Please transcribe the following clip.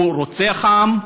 הוא רוצח עם.